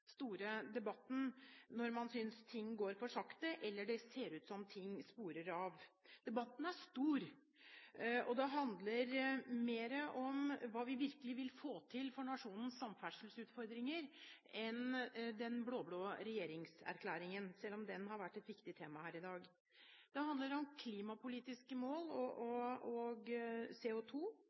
store debatten når man synes ting går for sakte, eller det ser ut som ting sporer av. Debatten er stor, og det handler mer om hva vi virkelig vil få til for nasjonens samferdselsutfordringer enn den blå-blå regjeringserklæringen, selv om den har vært et viktig tema her i dag. Det handler om klimapolitiske mål og CO2, det handler om støy og